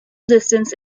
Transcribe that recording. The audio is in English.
distance